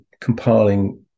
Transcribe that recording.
compiling